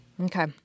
Okay